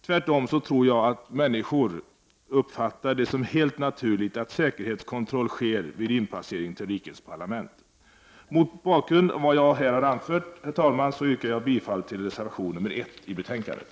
Tvärtom tror jag att människor uppfattar det som helt naturligt att säkerhetskontroll sker vid inpassering till rikets parlament. Mot bakgrund av vad jag här har anfört, herr talman, yrkar jag bifall till reservation 1 i betänkandet.